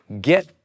get